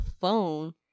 phone